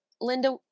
Linda